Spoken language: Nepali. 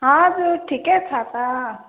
हजुर ठिकै छ त